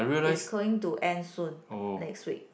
it's going to end soon next week